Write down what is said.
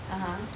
(uh huh)